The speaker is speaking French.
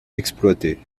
exploiter